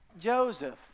Joseph